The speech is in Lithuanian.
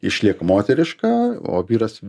išlieka moteriška o vyras